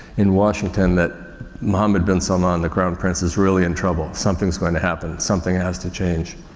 in washington that mohammed bin salman, the crown prince, is really in trouble. something is going to happen. something has to change.